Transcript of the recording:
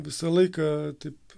visą laiką taip